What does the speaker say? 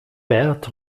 bert